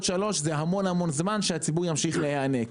שלוש זה המון המון זמן שהציבור ימשיך להיאנק.